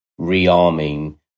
rearming